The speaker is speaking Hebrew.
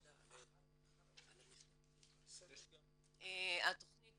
2019. התכנית